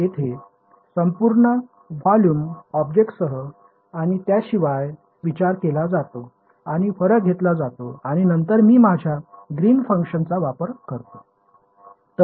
येथे संपूर्ण व्हॉल्यूम ऑब्जेक्टसह आणि त्याशिवाय विचार केला जातो आणि फरक घेतला जातो आणि नंतर मी माझ्या ग्रीन फंक्शनचा वापर करतो